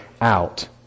out